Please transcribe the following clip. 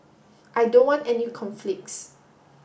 I don't want any conflicts